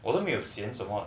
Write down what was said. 我都没有嫌什么